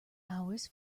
hours